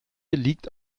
liegt